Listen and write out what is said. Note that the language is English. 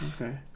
Okay